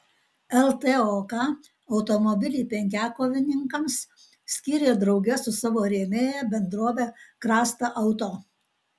ltok automobilį penkiakovininkams skyrė drauge su savo rėmėja bendrove krasta auto